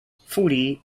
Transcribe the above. fury